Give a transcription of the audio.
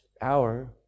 hour